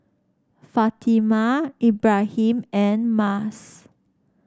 Fatimah Ibrahim and Mas